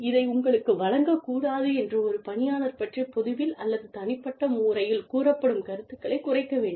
இதை உங்களுக்கு வழங்கக்கூடாது என்று ஒரு பணியாளர் பற்றி பொதுவில் அல்லது தனிப்பட்ட முறையில் கூறப்படும் கருத்துக்களைக் குறைக்க வேண்டும்